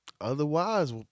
otherwise